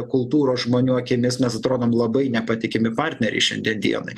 kultūros žmonių akimis mes atrodom labai nepatikimi partneriai šiandien dienai